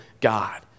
God